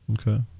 Okay